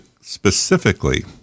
specifically